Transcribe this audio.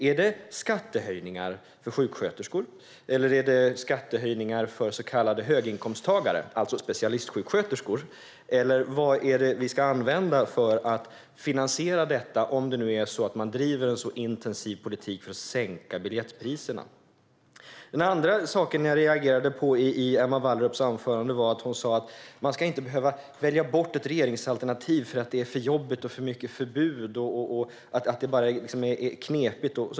Är det med skattehöjningar för sjuksköterskor? Eller är det med skattehöjningar för så kallade höginkomsttagare, alltså specialistsjuksköterskor? Vad ska ni använda för att finansiera detta när ni nu driver en intensiv politik för att sänka biljettpriserna? Det andra jag reagerade på i Emma Wallrups anförande var att hon sa att man inte ska behöva välja bort ett regeringsalternativ för att det är för jobbigt, för många förbud och knepigt.